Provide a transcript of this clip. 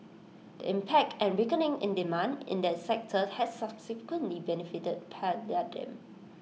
the impact and weakening in demand in that sector has subsequently benefited palladium